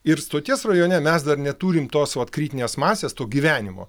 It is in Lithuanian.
ir stoties rajone mes dar neturim tos vat kritinės masės to gyvenimo